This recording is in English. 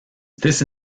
this